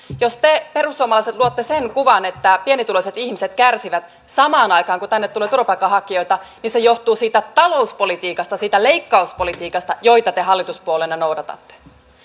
jos te perussuomalaiset luotte sen kuvan että pienituloiset ihmiset kärsivät samaan aikaan kun tänne tulee turvapaikanhakijoita niin se johtuu siitä talouspolitiikasta siitä leikkauspolitiikasta joita te hallituspuolueena noudatatte